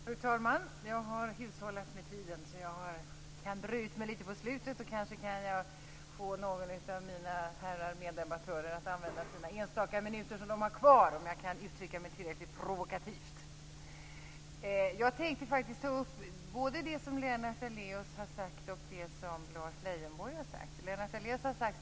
Fru talman! Jag har hushållat med tiden, så jag kan bre ut mig litet på slutet och kanske få någon av mina herrar meddebattörer att använda de enstaka minuter de har kvar om jag kan uttrycka mig tillräckligt provokativt. Jag tänkte ta upp både det som Lennart Daléus har sagt och det som Lars Leijonborg har sagt.